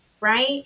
right